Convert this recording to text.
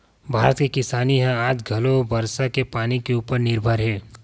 भारत के किसानी ह आज घलो बरसा के पानी के उपर निरभर हे